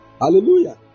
hallelujah